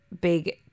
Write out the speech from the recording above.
big